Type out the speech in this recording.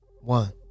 One